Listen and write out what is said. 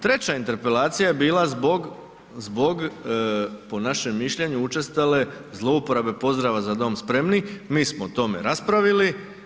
Treća interpelacija je bila zbog, po našem mišljenju, učestale zlouporabe pozdrava „Za dom spremni“, mi smo o tome raspravili.